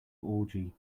orgy